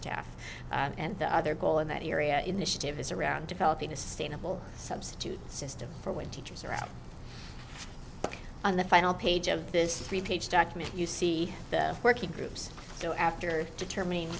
staff and the other goal in that area initiative is around developing a sustainable substitute system for when teachers are out on the final page of this three page document you see the working groups go after determining